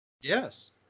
Yes